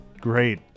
great